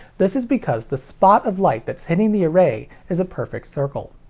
this is because the spot of light that's hitting the array is a perfect circle.